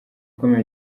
ikomeye